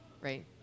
Right